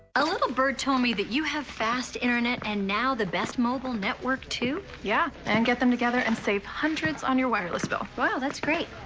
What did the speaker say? a little bird told me that you have fast internet and now the best mobile network too? yeah and get them together and save hundreds on your wireless bill. wow, that's great.